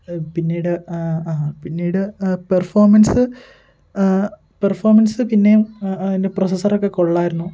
പിന്നീട് പിന്നീട് performance performance പിന്നേയും അതിൻ്റെ പ്രൊസസ്സറൊക്കെ കൊള്ളാമായിരുന്നു